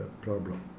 problem